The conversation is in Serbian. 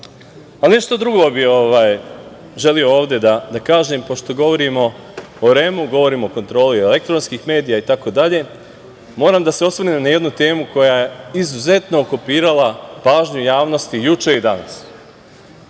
važna. Nešto drugo bih želeo ovde da kažem, pošto govorimo o REM-u, govorimo o kontroli elektronskih medija, itd. Moram da se osvrnem na jednu temu koja je izuzetno okupirala pažnju javnosti juče i danas. Pre